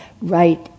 right